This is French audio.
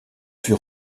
fut